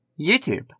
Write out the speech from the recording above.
YouTube